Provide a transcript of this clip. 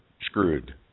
screwed